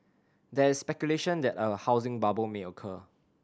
there is speculation that a housing bubble may occur